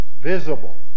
visible